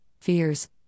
fears